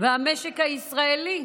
במשק הישראלי.